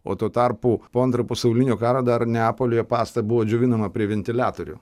o tuo tarpu po antrojo pasaulinio karo dar neapolyje pasta buvo džiovinama prie ventiliatorių